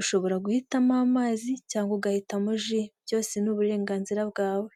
ushobora guhitamo amazi cyangwa ugahitamo ji, byose ni uburenganzira bwawe.